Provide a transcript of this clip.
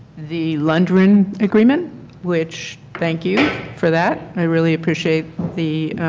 the lundgren agreement which thank you for that i really appreciate the